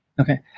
Okay